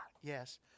yes